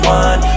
one